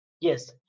Yes